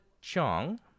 Chong